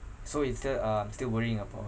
so it's the I'm still worrying about